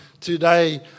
today